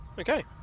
Okay